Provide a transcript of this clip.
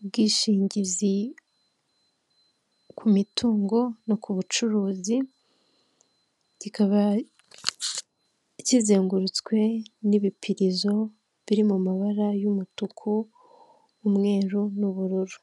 ubwishingizi ku mitungo no ku bucuruzi, kikaba kizengurutswe n'ibipirizo biri mu mabara y'umutuku, umweru n'ubururu.